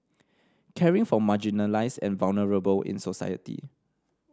caring for marginalised and vulnerable in society